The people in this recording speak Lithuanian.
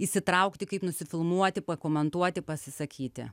įsitraukti kaip nusifilmuoti pakomentuoti pasisakyti